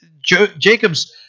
Jacob's